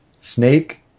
Snake